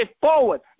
forward